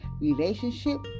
relationship